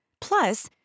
Plus